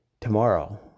Tomorrow